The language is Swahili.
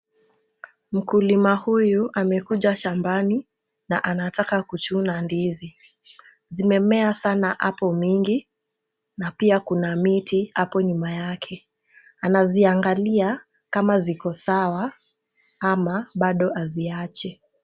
Mkulima huyu amekuja shambani na anataka kuchuna ndizi, zimemea sana hapo mingi na pia kuna miti hapo nyuma yake. Anaziangalia kama ziko sawa ama bado aziache.